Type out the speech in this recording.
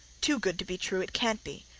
too good to be true it can't be.